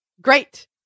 great